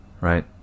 right